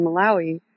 Malawi